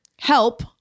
help